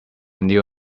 new